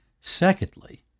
Secondly